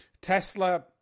tesla